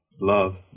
Love